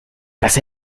dass